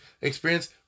experience